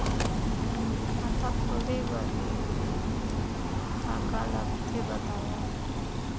खाता खोले बार का का लगथे बतावव?